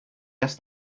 asked